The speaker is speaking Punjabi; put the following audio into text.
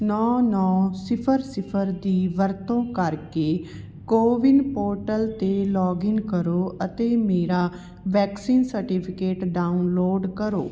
ਨੌ ਨੌ ਸਿਫਰ ਸਿਫਰ ਦੀ ਵਰਤੋਂ ਕਰਕੇ ਕੋਵਿਨ ਪੋਰਟਲ 'ਤੇ ਲੌਗਇਨ ਕਰੋ ਅਤੇ ਮੇਰਾ ਵੈਕਸੀਨ ਸਰਟੀਫਿਕੇਟ ਡਾਊਨਲੋਡ ਕਰੋ